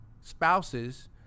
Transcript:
spouses